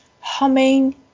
humming